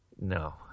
no